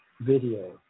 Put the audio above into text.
video